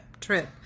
trip